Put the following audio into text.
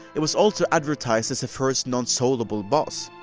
it was also advertised as the first non-soloable boss.